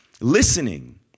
Listening